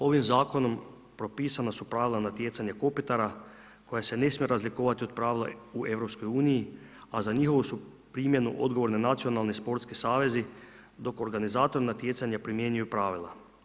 Ovim zakonom propisana su pravila natjecanja kopitara koje se ne smiju razlikovati od pravila u EU, a za njihovu su primjenu odgovorni nacionalni sportski savezi dok organizator natjecanja primjenjuju pravila.